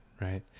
right